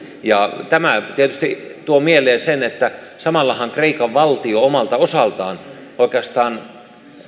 ja tämä tietysti tuo mieleen sen että samallahan kreikan valtio omalta osaltaan oikeastaan